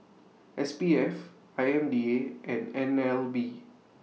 S P F I M D A and N L B